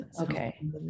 Okay